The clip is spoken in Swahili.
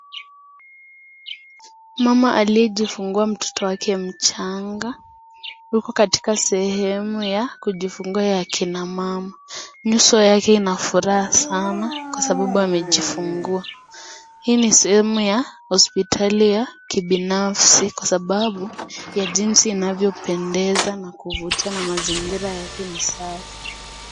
Mama aliyejifungua mtoto wake mchanga. yuko katika sehemu ya kujifungua ya kina mama. Nyuso yake ina furaha sana kwa sababu amejifungua. Hii ni sehemu ya hospitali ya kibinafsi kwa sababu ya jinsi inavyopendeza na kuvutia na mazingira yake ni safi.